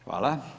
Hvala.